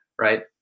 right